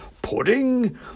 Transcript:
Pudding